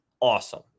awesome